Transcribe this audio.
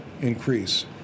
increase